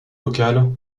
locale